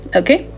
okay